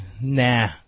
Nah